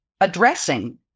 addressing